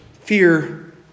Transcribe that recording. fear